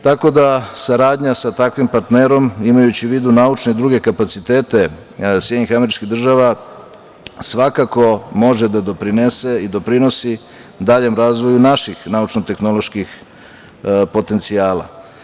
Tako da, saradnja sa takvim partnerom, imajući u vidu naučne i druge kapacitete SAD, svakako može da doprinese i doprinosi daljem razvoju naših naučno-tehnoloških potencijala.